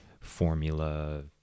Formula